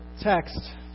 text